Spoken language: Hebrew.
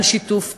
על שיתוף פעולה,